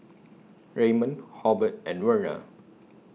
Raymon Hobert and Werner